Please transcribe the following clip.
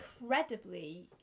incredibly